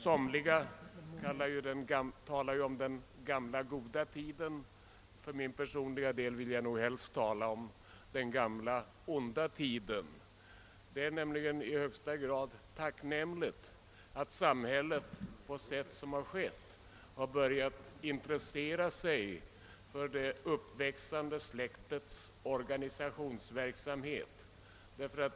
Somliga talar om >den gamla goda tiden»; för min personliga del vill jag nog helst tala om »den gamla onda tiden». Det är nämligen i högsta grad tacknämligt att samhället på sätt som skett har börjat intressera sig för det uppväxande släktets organisationsverksamhet.